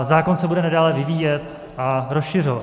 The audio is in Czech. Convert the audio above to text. Zákon se bude nadále vyvíjet a rozšiřovat.